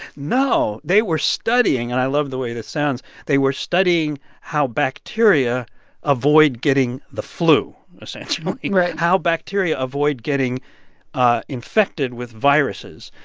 no. they were studying and i love the way this sounds they were studying how bacteria avoid getting the flu, essentially how bacteria avoid getting ah infected with viruses.